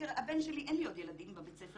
תראה, הבן שלי, אין לי עוד ילדים בבית ספר.